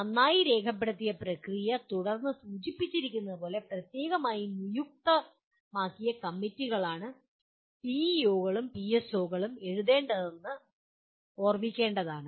നന്നായി രേഖപ്പെടുത്തിയ പ്രക്രിയയെ തുടർന്ന് സൂചിപ്പിച്ചിരിക്കുന്നതുപോലെ പ്രത്യേകമായി നിയുക്തമാക്കിയ കമ്മിറ്റികളാണ് പിഇഒകളും പിഎസ്ഒകളും എഴുതേണ്ടതെന്ന് ഓർമ്മിക്കേണ്ടതാണ്